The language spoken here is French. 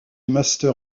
master